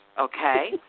Okay